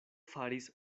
faris